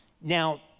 Now